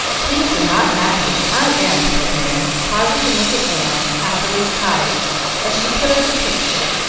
queens are not happy, and i am, said merry, pausing to look at anne hathaway's cottage as she put up the picture,